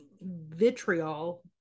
vitriol